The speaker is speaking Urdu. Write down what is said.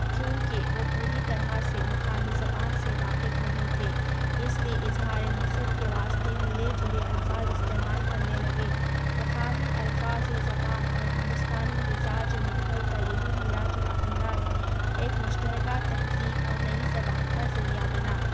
کیونکہ وہ پوری طرح سے مقامی زبان سے واقف نہیں تھے اِس لئے اظہارِ مقصد کے واسطے ملے جُلے الفاظ استعمال کرنے لگے مقامی الفاظ و زبان اور ہندوستانی مزاج و ماحول کا یہی ملا جُلا انداز ایک مشترکہ تہذیب اور نئی زبان کا ذریعہ بنا